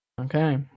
Okay